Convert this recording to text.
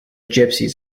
gypsies